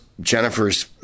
jennifer's